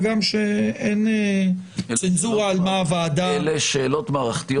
הגם שאין צנזורה על מה הוועדה --- אלה שאלות מערכתיות.